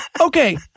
Okay